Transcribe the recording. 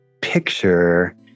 Picture